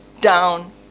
down